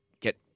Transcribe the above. get